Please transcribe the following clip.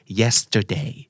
yesterday